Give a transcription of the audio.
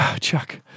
Chuck